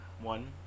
one